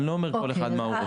אני לא אומר מה כל אחד רוצה.